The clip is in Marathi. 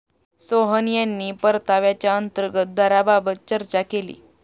सोहन यांनी परताव्याच्या अंतर्गत दराबाबत चर्चा केली